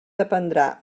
dependrà